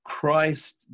Christ